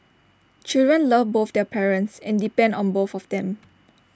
children love both their parents and depend on both of them